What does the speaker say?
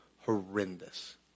horrendous